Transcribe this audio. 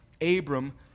Abram